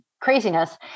craziness